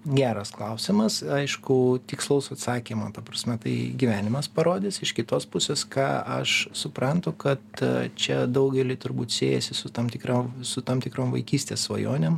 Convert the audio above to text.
geras klausimas aišku tikslaus atsakymo ta prasme tai gyvenimas parodys iš kitos pusės ką aš suprantu kad čia daugeliui turbūt siejasi su tam tikra su tom tikrom vaikystės svajonėm